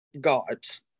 gods